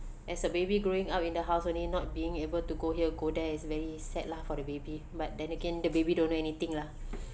as a baby growing up in the house only not being able to go here go there is very sad lah for the baby but then again the baby don't know anything lah